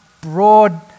broad